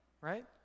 right